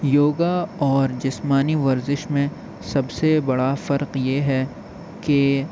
یوگا اور جسمانی ورزش میں سب سے بڑا فرق یہ ہے کہ